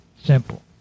Simple